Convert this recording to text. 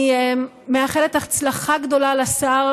אני מאחלת הצלחה גדולה לשר